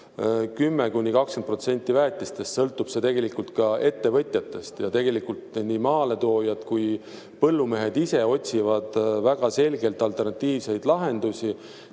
10–20% väetistest, sõltub ettevõtjatest. Tegelikult nii maaletoojad kui ka põllumehed ise otsivad väga selgelt alternatiivseid lahendusi.